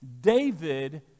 David